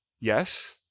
Yes